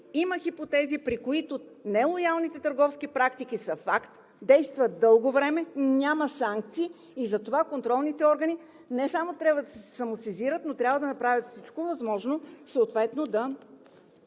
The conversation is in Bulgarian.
има хипотези, при които нелоялните търговски практики са факт, действат дълго време, няма санкции. Затова контролните органи не само трябва да се самосезират, но трябва да направят всичко възможно съответно да